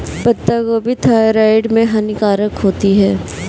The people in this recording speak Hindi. पत्ता गोभी थायराइड में हानिकारक होती है